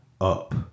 up